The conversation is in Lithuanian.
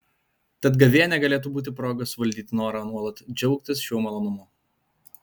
tad gavėnia galėtų būti proga suvaldyti norą nuolat džiaugtis šiuo malonumu